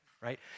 right